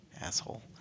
Asshole